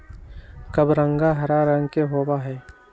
कबरंगा हरा रंग के होबा हई